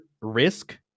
risk